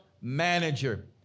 manager